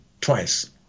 twice